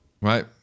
Right